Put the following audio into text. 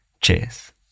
Cheers